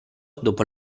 dopo